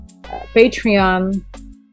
Patreon